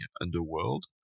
underworld